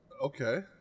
Okay